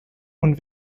und